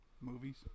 movies